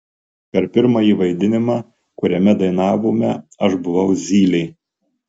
per pirmąjį vaidinimą kuriame dainavome aš buvau zylė